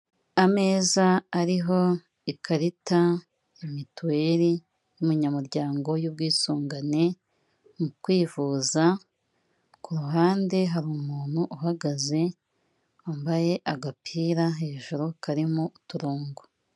Ameza ariho ikarita ya mituweri y'umunyamuryango y'ubwisungane mu kwivuza, ku ruhande hari umuntu uhagaze wambaye agapira hejuru karimo uturongo.